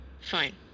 Fine